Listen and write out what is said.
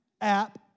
app